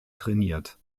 trainiert